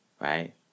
Right